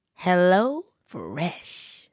HelloFresh